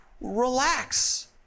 relax